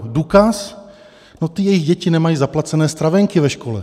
Důkaz: jejich děti nemají zaplacené stravenky ve škole.